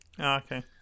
okay